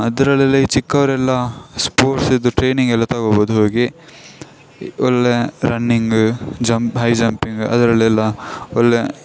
ಅದರಲ್ಲೆಲ್ಲ ಈ ಚಿಕ್ಕವರೆೆಲ್ಲ ಸ್ಪೋರ್ಟ್ಸಿಂದು ಟ್ರೈನಿಂಗ್ ಎಲ್ಲ ತಗೋಬೋದು ಹೋಗಿ ಒಳ್ಳೆಯ ರನ್ನಿಂಗ್ ಜಂಪ್ ಹೈ ಜಂಪಿಂಗ್ ಅದ್ರಲ್ಲೆಲ್ಲ ಒಳ್ಳೆಯ